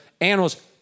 animals